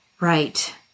Right